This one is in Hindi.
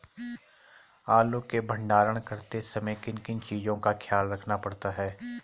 आलू के भंडारण करते समय किन किन चीज़ों का ख्याल रखना पड़ता है?